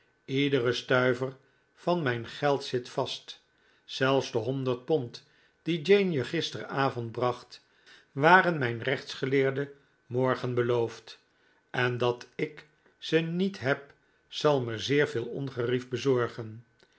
iedere stuiver van mijn geld zit vast zelfs de honderd pond die jane je gisterenavond bracht waren mijn rechtsgeleerde morgen beloofd en dat ik ze niet heb zal me zeer veel ongerief bezorgen